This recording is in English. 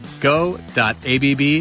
go.abb